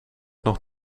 nog